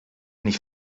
nicht